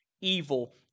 evil